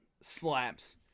slaps